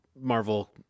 marvel